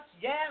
Yes